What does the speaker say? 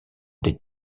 des